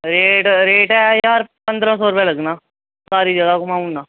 rate rate ऐ ज्हार पंद्रह सौ रपेआ लग्गना सारी जगह घमाऊ उड़ना